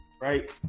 Right